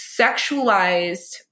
sexualized